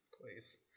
Please